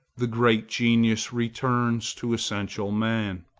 the great genius returns to essential man.